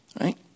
Right